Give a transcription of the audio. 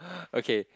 okay